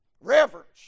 Reverence